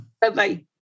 Bye-bye